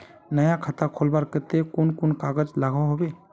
नया खाता खोलवार केते कुन कुन कागज लागोहो होबे?